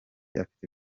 afite